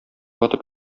атып